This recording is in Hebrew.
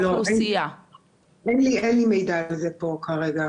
אין לי מידע כזה כרגע.